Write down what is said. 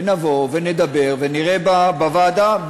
ונבוא ונדבר ונראה בוועדה,